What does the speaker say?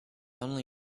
only